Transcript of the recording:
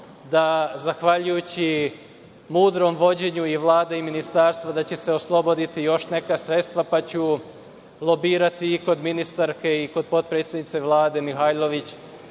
sam, zahvaljujući mudrom vođenju i Vlade i ministarstva, da će se osloboditi još neka sredstva, pa ću lobirati i kod ministarke i kod potpredsednice Vlade – Mihajlović